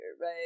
right